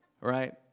Right